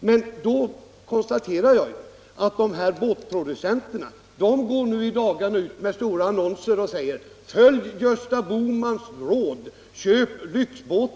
Men då kan jag konstatera att båtprodueenterna i dagarna går ut